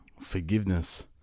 forgiveness